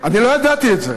אני לא ידעתי את זה.